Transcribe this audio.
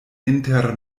inter